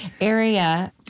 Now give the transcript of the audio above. area